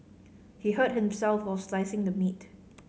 he hurt himself while slicing the meat